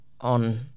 on